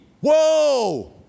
Whoa